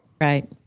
Right